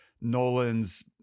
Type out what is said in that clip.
Nolan's